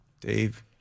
Dave